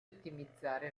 ottimizzare